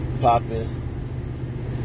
Popping